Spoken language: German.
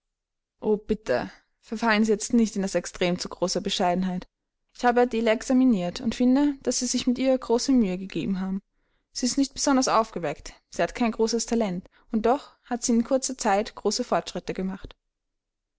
bitte verfallen sie jetzt nicht in das extrem zu großer bescheidenheit ich habe adele examiniert und finde daß sie sich mit ihr große mühe gegeben haben sie ist nicht besonders aufgeweckt sie hat kein großes talent und doch hat sie in kurzer zeit große fortschritte gemacht